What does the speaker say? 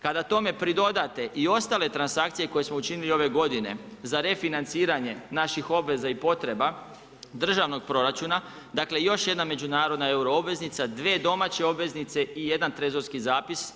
Kada tome pridodate i ostale transakcije koje smo učinili ove godine za refinanciranje naših obveza i potreba državnog proračuna još jedna međunarodna euro obveznica, dvije domaće obveznice i jedan trezorski zapis.